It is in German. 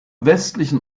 westlichen